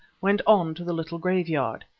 went on to the little graveyard.